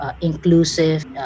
inclusive